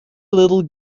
little